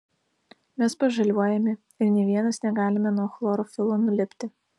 mes pažaliuojame ir nė vienas negalime nuo chlorofilo nulipti